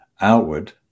outward